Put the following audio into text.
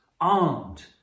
armed